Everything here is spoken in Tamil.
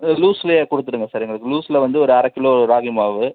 ஆ லூஸ்லேயே கொடுத்துடுங்க சார் எங்களுக்கு லூஸில் வந்து ஒரு அரை கிலோ ராகி மாவு